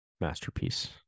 masterpiece